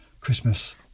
Christmas